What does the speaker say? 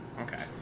Okay